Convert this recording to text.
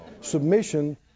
Submission